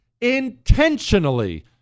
intentionally